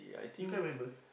you can't remember